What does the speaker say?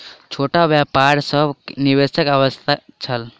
छोट व्यापार सभ के निवेशक आवश्यकता छल